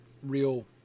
Real